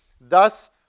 Thus